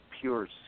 pure